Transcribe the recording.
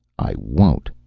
i won't,